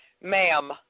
ma'am